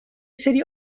سری